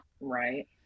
Right